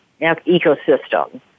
ecosystem